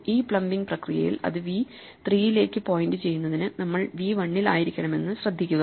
ഈ പ്ലംബിംഗ് പ്രക്രിയയിൽ അത് വി 3 ലേക്ക് പോയിന്റുചെയ്യുന്നതിന് നമ്മൾ v 1 ൽ ആയിരിക്കണമെന്ന് ശ്രദ്ധിക്കുക